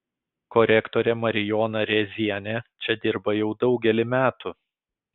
korektorė marijona rėzienė čia dirba jau daugelį metų